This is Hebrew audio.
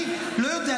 אני לא יודע,